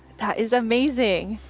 that is amazing.